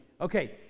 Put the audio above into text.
Okay